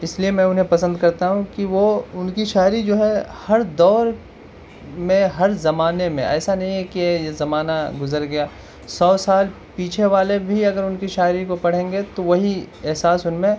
اس لیے میں انہیں پسند کرتا ہوں کہ وہ ان کی شاعری جو ہے ہر دور میں ہر زمانے میں ایسا نہیں ہے کہ زمانہ گزر گیا سو سال پیچھے والے بھی اگر ان کی شاعری کو پڑھیں گے تو وہی احساس ان میں